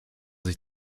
sich